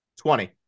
twenty